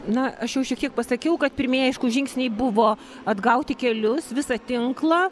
na aš jau šiek tiek pasakiau kad pirmieji aišku žingsniai buvo atgauti kelius visą tinklą